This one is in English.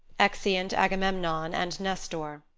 exeunt agamemnon and nestor